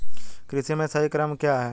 कृषि में सही क्रम क्या है?